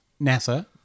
NASA